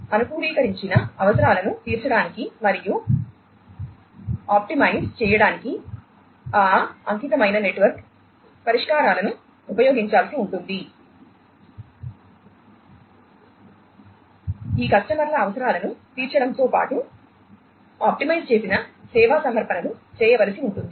అనుకూలీకరించిన అవసరాలను తీర్చడానికి మరియు ఆప్టిమైజ్ చేయడానికి ఆ అంకితమైన నెట్వర్క్ పరిష్కారాలను ఉపయోగించాల్సి ఉంటుంది ఈ కస్టమర్ల అవసరాలను తీర్చడంతో పాటు ఆప్టిమైజ్ చేసిన సేవా సమర్పణలు చేయవలసి ఉంటుంది